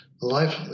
Life